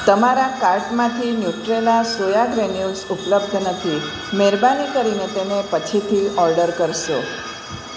તમારા કાર્ટમાંથી Nutrela soya granules ઉપલબ્ધ નથી મહેરબાની કરીને તેને પછીથી ઓર્ડર કરશો